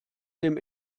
dem